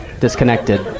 disconnected